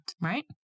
Right